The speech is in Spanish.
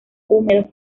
húmedos